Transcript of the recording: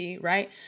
right